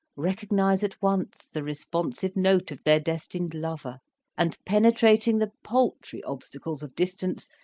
recognise at once the responsive note of their destined lover and, penetrating the paltry obstacles of distance,